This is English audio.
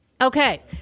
Okay